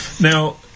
Now